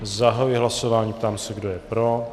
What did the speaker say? Zahajuji hlasování a ptám se, kdo je pro.